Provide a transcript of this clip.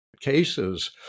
cases